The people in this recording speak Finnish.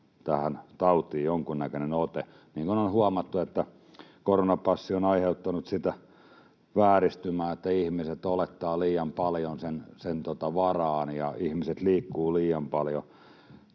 tähän tautiin jonkunnäköinen ote. Niin kuin on huomattu, koronapassi on aiheuttanut sitä vääristymää, että ihmiset olettavat liian paljon sen varaan ja ihmiset liikkuvat liian paljon